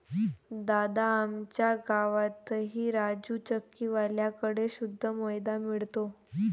दादा, आमच्या गावातही राजू चक्की वाल्या कड़े शुद्ध मैदा मिळतो